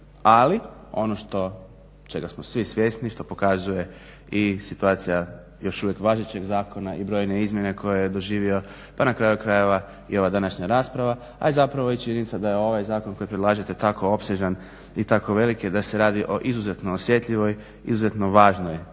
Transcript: ali ono što čega smo svi svjesni, što pokazuje i situacija još uvijek važećeg zakona i brojne izmjene koje je doživio pa na kraju krajeva i ova današnja rasprava a zapravo je činjenica da je ovaj zakon koji predlažete tako opsežan i tako veliki da se radi o izuzetno osjetljivoj, izuzetno važnoj